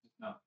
No